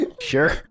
sure